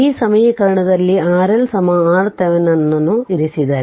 ಈ ಸಮೀಕರಣದಲ್ಲಿ RL RThevenin ಅನ್ನು ಇರಿಸಿದರೆ